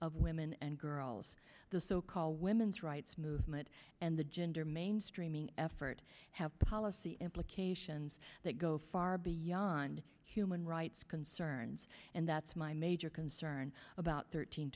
of women and girls the so called women's rights movement and the gender mainstreaming effort have policy implications that go far beyond human rights concerns and that's my major concern about thirteen